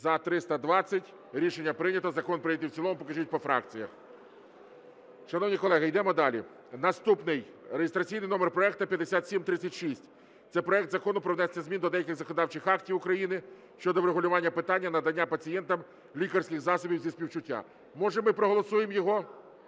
За-320 Рішення прийнято. Закон прийнятий в цілому. Покажіть по фракціях. Шановні колеги, йдемо далі. Наступний реєстраційний номер проекту 5736. Це проект Закону про внесення змін до деяких законодавчих актів України щодо врегулювання питання надання пацієнтам лікарських засобів зі співчуття. Може, ми проголосуємо його?